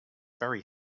very